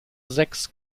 sechs